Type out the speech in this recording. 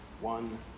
one